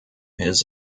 his